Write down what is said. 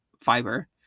fiber